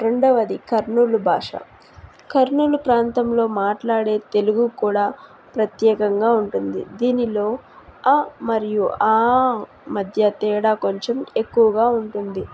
రెండవది కర్నూలు భాష కర్నూలు ప్రాంతంలో మాట్లాడే తెలుగు కూడా ప్రత్యేకంగా ఉంటుంది దీనిలో అ మరియు ఆ మధ్య తేడా కొంచెం ఎక్కువగా ఉంటుంది